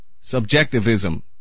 Subjectivism